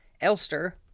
Elster